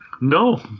No